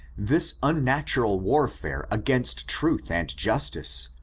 this unnatural warfare against truth and justice,